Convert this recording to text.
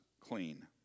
clean